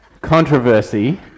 controversy